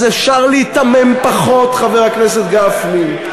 אז אפשר להיתמם פחות, חבר הכנסת גפני.